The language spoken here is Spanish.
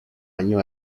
año